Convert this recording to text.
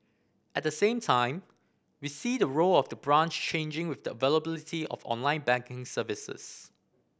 at the same time we see the role of the branch changing with the availability of online banking services